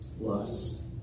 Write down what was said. Lust